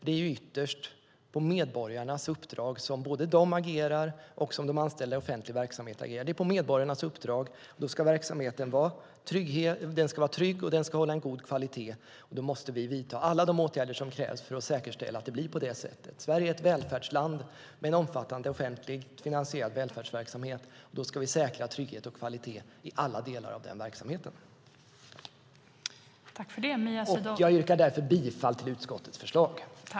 Det är ytterst på medborgarnas uppdrag som både de och de anställda i offentlig verksamhet agerar. Det är på medborgarnas uppdrag, och då ska verksamheten vara trygg och hålla en god kvalitet. Då måste vi vidta alla de åtgärder som krävs för att säkerställa att det blir på det sättet. Sverige är ett välfärdsland med en omfattande offentligt finansierad välfärdsverksamhet. Då ska vi säkra trygghet och kvalitet i alla delar av den verksamheten.